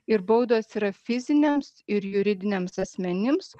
ir baudos yra fiziniams ir juridiniams asmenims